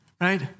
right